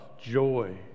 joy